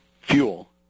fuel